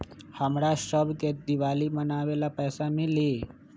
हमरा शव के दिवाली मनावेला पैसा मिली?